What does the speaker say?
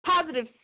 positive